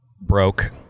broke